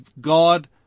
God